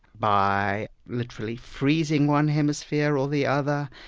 by literally freezing one hemisphere or the other,